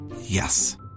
Yes